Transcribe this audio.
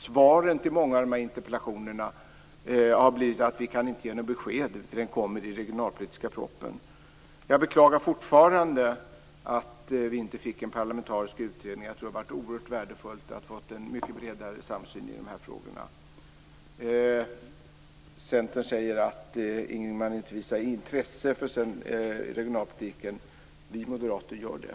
Svaren på många av de här interpellationerna har blivit att statsrådet inte kan ge något besked utan att besked kommer i den regionalpolitiska propositionen. Jag beklagar fortfarande att vi inte fick en parlamentarisk utredning. Det hade varit oerhört värdefullt att få en mycket bredare samsyn i de här frågorna. Centern säger att man inte visar intresse för regionalpolitiken. Vi moderater gör det.